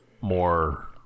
more